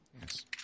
Yes